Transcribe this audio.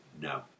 no